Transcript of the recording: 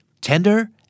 tender